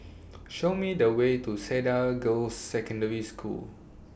Show Me The Way to Cedar Girls' Secondary School